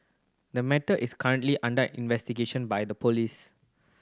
the matter is currently under investigation by the police